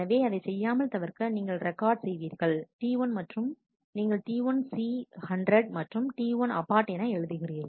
எனவே அதைச் செய்யாமல் தவிர்க்க நீங்கள் ரெக்கார்ட் செய்வீர்கள் T1 மற்றும் நீங்கள் T1 C 100 மற்றும் T1 abort என எழுதுகிறீர்கள்